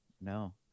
No